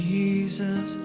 Jesus